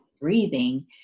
breathing